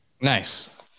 nice